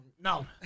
No